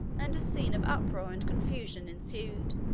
and a scene of uproar and confusion ensued.